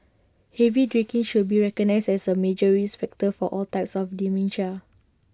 heavy drinking should be recognised as A major risk factor for all types of dementia